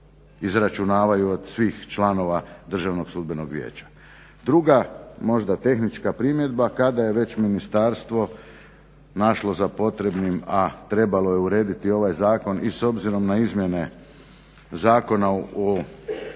izračunavaju od svih članova Državnog sudbenog vijeća. Druga možda tehnička primjedba, kada je već ministarstvo našlo za potrebnim, a trebalo je urediti ovaj zakon i s obzirom na izmjene Zakona o